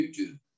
YouTube